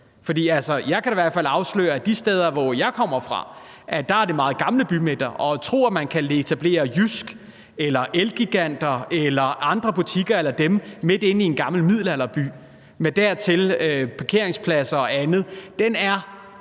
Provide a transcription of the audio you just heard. jeg kan da i hvert fald afsløre, at de steder, hvor jeg kommer fra, er der meget gamle bymidter. Og at tro, at man kan etablere JYSK-butikker eller Elgigantenbutikker eller andre butikker a la dem midt inde i en gammel middelalderby med dertil hørende parkeringspladser og andet, er